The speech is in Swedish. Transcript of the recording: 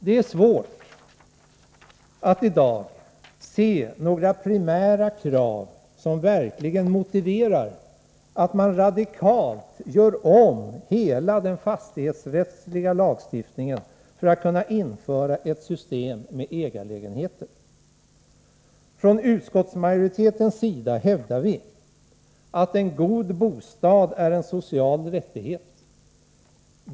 Det är svårt att i dag se några primära krav som verkligen motiverar att man radikalt gör om hela den fastighetsrättsliga lagstiftningen för att kunna införa ett system med ägarlägenheter. Utskottsmajoriteten hävdar att en god bostad är en social rättighet.